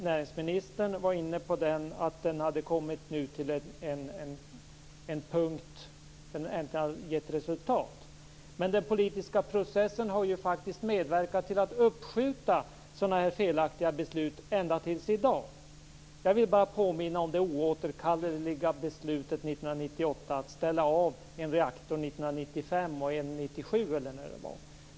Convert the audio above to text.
Näringsministern var inne på att den nu hade kommit till en punkt där den äntligen hade gett resultat. Men den politiska processen har ju faktiskt medverkat till att uppskjuta sådana här felaktiga beslut ända till i dag. Jag vill bara påminna om det "oåterkalleliga" beslutet 1988 att ställa av en reaktor 1995 och en 1997, eller när det nu var.